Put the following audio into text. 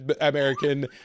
American